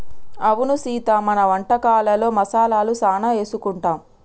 అవును సీత మన వంటకాలలో మసాలాలు సానా ఏసుకుంటాం